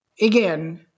again